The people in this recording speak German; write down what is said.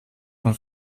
von